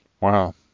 Wow